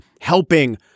helping